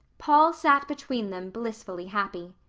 paul sat between them blissfully happy.